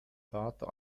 vater